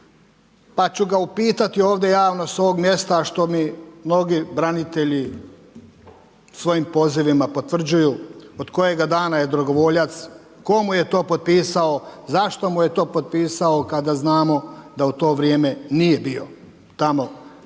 pa ću ga upitati ovdje javno s ovog mjesta, što mi mnogi branitelji svojim pozivima potvrđuju, od kojega dana je dragovoljac, tko mu je to potpisao, zašto mu je to potpisao kada znamo da u to vrijeme nije bio tamo